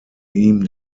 ihm